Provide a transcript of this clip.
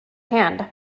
hand